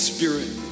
Spirit